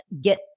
get